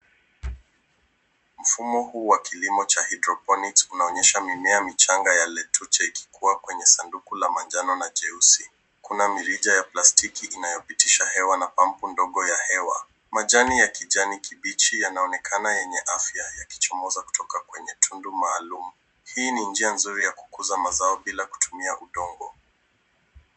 Mfumo huu wa kilimo cha hydroponics unaonyesha mimea michanga ya lettuce yakiwa kwenye sanduku ya manjano na jeusi. Kuna mirija ya plastiki inayopitisha hewa na pampu ndogo ya hewa. Majani ya kijani kibichi yanaonekana yenye afya yakichomoza kutoka kwenye tundu maalum. Hii ni njia nzuri ya kukuza mazao bila kutumia udongo.